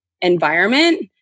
environment